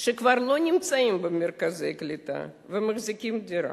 שכבר לא נמצאים במרכזי קליטה ומחזיקים דירה,